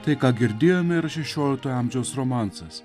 tai ką girdėjome yra šešioliktojo amžiaus romansas